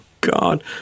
God